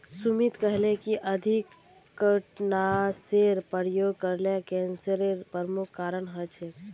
सुमित कहले कि अधिक कीटनाशेर प्रयोग करले कैंसरेर प्रमुख कारण हछेक